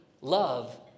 love